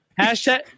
Hashtag